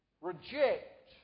reject